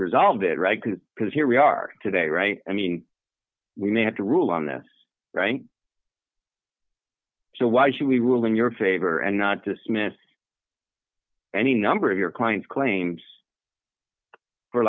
resolved it reg because here we are today right i mean we may have to rule on this rank so why should we rule in your favor and not just met any number of your client's claims